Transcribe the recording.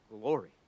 glory